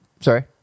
sorry